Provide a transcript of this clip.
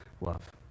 love